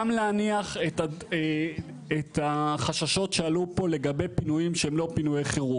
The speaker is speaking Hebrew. גם להניח את החששות שעלו פה לגבי פינויים שהם לא פינויי חירום.